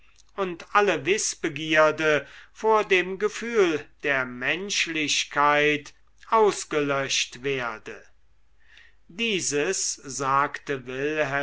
und alle wißbegierde vor dem gefühl der menschlichkeit ausgelöscht werde dieses sagte wilhelm